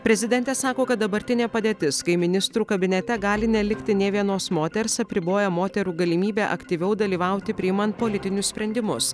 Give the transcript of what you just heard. prezidentė sako kad dabartinė padėtis kai ministrų kabinete gali nelikti nė vienos moters apriboja moterų galimybę aktyviau dalyvauti priimant politinius sprendimus